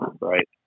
right